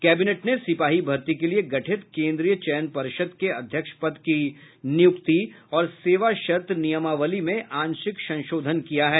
cabinet ने सिपाही भर्ती के लिए गठित केंद्रीय चयन पर्षद के अध्यक्ष पद की नियुक्ति और सेवा शर्त नियमावली में आंशिक संशोधन किया है